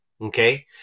okay